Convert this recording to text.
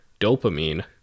dopamine